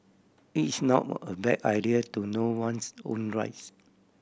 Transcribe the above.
it is normal a bad idea to know one's own rights